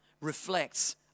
reflects